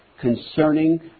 concerning